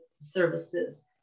services